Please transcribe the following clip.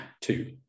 Two